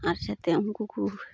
ᱟᱨ ᱡᱟᱛᱮ ᱩᱱᱠᱩ ᱠᱚ